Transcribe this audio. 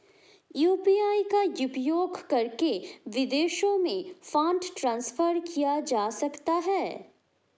UPI का उपयोग करके विदेशों में फंड ट्रांसफर किया जा सकता है?